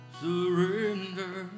surrender